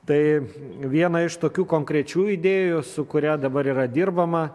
tai viena iš tokių konkrečių idėjų su kuria dabar yra dirbama